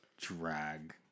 drag